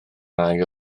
rai